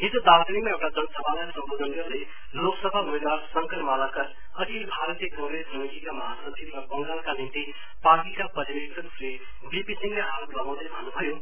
हिज दार्जीलिङमा एउटा जनसभालाई सम्बोधन गर्दै लोकसभा उम्मेदवार शंकर मालाकरअखिल भारतीय कंग्रेस समिटीका महासचिव र बंगालका निम्ति पार्टीका पर्यवेक्षक श्री बीपी सिहंले आरोप लगाउँदै भन्नुभयो